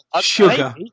Sugar